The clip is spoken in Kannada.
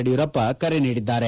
ಯಡಿಯೂರಪ್ಪ ಕರೆ ನೀಡಿದ್ದಾರೆ